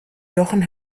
jochen